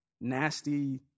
nasty